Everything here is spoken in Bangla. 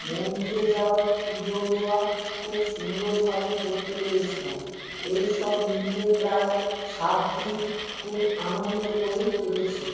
মন্দিরে যাওয়া পুজো দেওয়া খুব সুন্দরভাবে করতে পেরেছিলাম এই সব মিলিয়ে প্রায় সাত দিন খুব আনন্দ করেই কেটেছিল